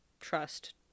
trust